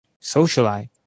socialize